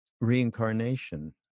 reincarnation